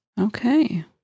Okay